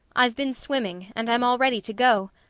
i've been swimming, and i'm all ready to go.